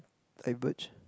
diverge